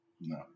No